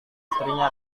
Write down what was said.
istrinya